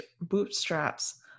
bootstraps